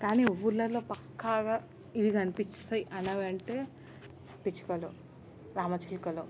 కానీ ఊళ్ళలో పక్కాగా ఇవి కనిపిస్తాయి అని అవి అంటే పిచ్చుకలు రామచిలుకలు